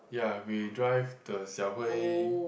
ya we drive the xiao-hui